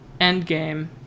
Endgame